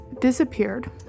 disappeared